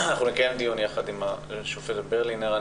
אנחנו נקיים דיון יחד עם השופטת ברלינר.